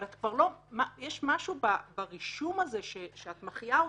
אבל יש משהו ברישום הזה שאת מחיה.